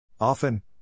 Often